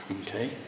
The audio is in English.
Okay